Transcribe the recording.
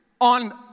on